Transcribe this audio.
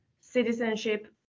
citizenship